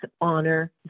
honor